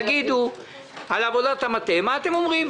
תגידו בעבודת המטה מה אתם אומרים,